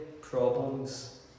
problems